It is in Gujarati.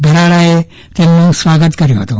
ભરાડા એ તેમનું સ્વાગત કર્યું હતું